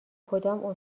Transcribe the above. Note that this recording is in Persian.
کدام